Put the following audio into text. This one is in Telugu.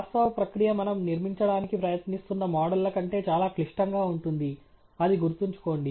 వాస్తవ ప్రక్రియ మనం నిర్మించడానికి ప్రయత్నిస్తున్న మోడళ్ల కంటే చాలా క్లిష్టంగా ఉంటుంది అది గుర్తుంచుకోండి